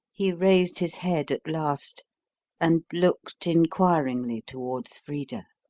he raised his head at last and looked inquiringly towards frida.